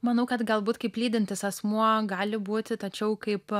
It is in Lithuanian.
manau kad galbūt kaip lydintis asmuo gali būti tačiau kaip